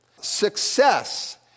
Success